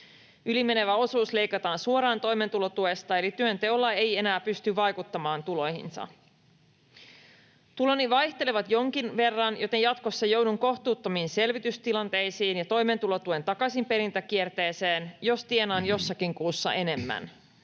Yli menevä osuus leikataan suoraan toimeentulotuesta, eli työnteolla ei enää pysty vaikuttamaan tuloihinsa. Tuloni vaihtelevat jonkin verran, joten jatkossa joudun kohtuuttomiin selvitystilanteisiin ja toimeentulotuen takaisinperintäkierteeseen, jos tienaan jossakin kuussa enemmän.